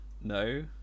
No